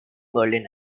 berlin